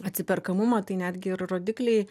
atsiperkamumą tai netgi ir rodikliai